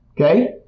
Okay